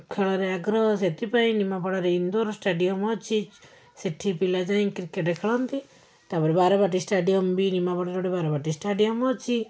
ଖେଳରେ ଆଗ୍ରହ ସେଥିପାଇଁ ନିମାପଡ଼ାରେ ଇନ୍ଦୋର ଷ୍ଟାଡ଼ିୟମ୍ ଅଛି ସେଇଠି ପିଲାଯାଇ କ୍ରିକେଟ୍ ଖେଳନ୍ତି ତା'ପରେ ବାରବାଟୀ ଷ୍ଟାଡ଼ିଅମ୍ ବି ନିମାପଡ଼ାରେ ଗୋଟେ ବାରବାଟୀ ଷ୍ଟାଡ଼ିଅମ୍ ଅଛି